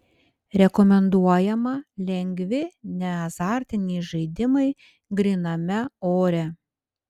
rekomenduojama lengvi neazartiniai žaidimai gryname ore